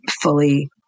fully